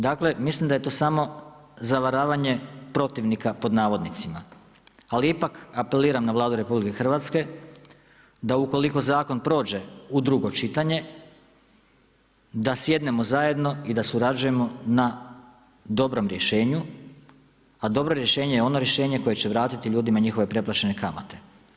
Dakle, mislim da je to samo zavaravanje protivnika pod navodnicima, ali ipak apeliram na Vladu Republike Hrvatske da ukoliko zakon prođe u drugo čitanje, da sjednemo zajedno i da surađujemo na dobrom rješenju, a dobro rješenje je ono rješenje koje će vratiti ljudima njihove preplaćene kamate.